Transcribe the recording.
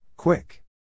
Quick